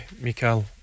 Mikael